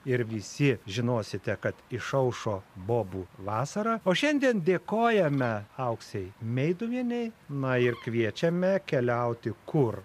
ir visi žinosite kad išaušo bobų vasara o šiandien dėkojame auksei meiduvienei na ir kviečiame keliauti kur